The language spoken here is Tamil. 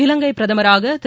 இலங்கை பிரதமராக திரு